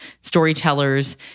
storytellers